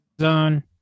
zone